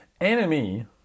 Enemy